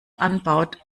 anbaut